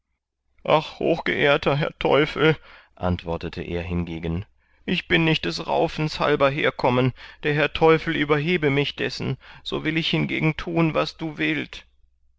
hochgeehrter herr teufel antwortete er hingegen ich bin nicht raufens halber herkommen der herr teufel überhebe mich dessen so will ich hingegen tun was du willt